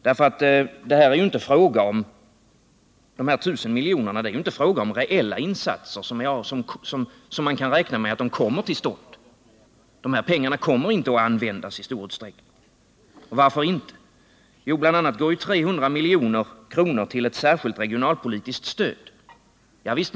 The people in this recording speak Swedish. De 1 000 miljonerna i stöd är ju inte en fråga om några reella insatser som man kan räkna med kommer till stånd; dessa pengar kommer i stor utsträckning inte att användas. Och varför inte? Jo, bl.a. går 300 milj.kr. till ett särskilt regionalpolitiskt stöd. Javisst.